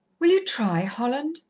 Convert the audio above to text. will you try, holland?